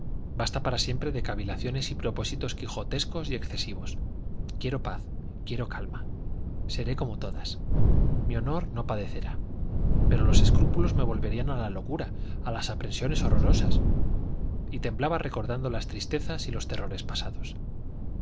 basta para siempre de cavilaciones y propósitos quijotescos y excesivos quiero paz quiero calma seré como todas mi honor no padecerá pero los escrúpulos me volverían a la locura a las aprensiones horrorosas y temblaba recordando las tristezas y los terrores pasados